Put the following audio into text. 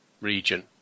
region